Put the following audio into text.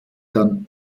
dann